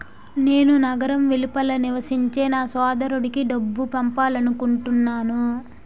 నేను నగరం వెలుపల నివసించే నా సోదరుడికి డబ్బు పంపాలనుకుంటున్నాను